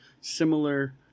similar